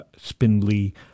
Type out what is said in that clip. spindly